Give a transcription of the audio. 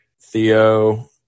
Theo